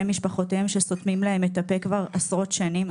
משפחותיהם שסותמים להם את הפה כבר עשרות שנים.